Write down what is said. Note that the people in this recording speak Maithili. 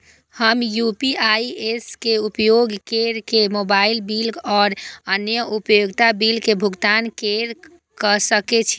हम यू.पी.आई ऐप्स के उपयोग केर के मोबाइल बिल और अन्य उपयोगिता बिल के भुगतान केर सके छी